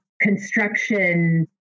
construction